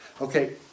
Okay